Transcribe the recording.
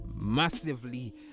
massively